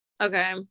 Okay